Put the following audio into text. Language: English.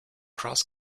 cross